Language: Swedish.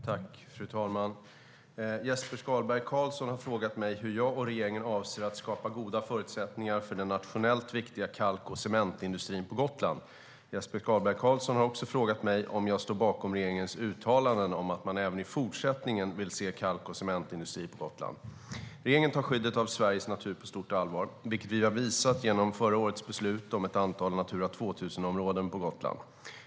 Fru talman! Jesper Skalberg Karlsson har frågat mig hur jag och regeringen avser att skapa goda förutsättningar för den nationellt viktiga kalk och cementindustrin på Gotland. Jesper Skalberg Karlsson har också frågat mig om jag står bakom regeringens uttalanden om att man även i fortsättningen vill se kalk och cementindustri på Gotland. Regeringen tar skyddet av Sveriges natur på stort allvar, vilket vi har visat genom förra årets beslut om ett antal Natura 2000-områden på Gotland.